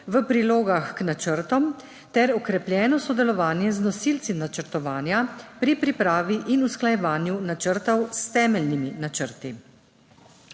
v prilogah k načrtom ter okrepljeno sodelovanje z nosilci načrtovanja pri pripravi in usklajevanju načrtov s temeljnimi načrti.